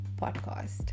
podcast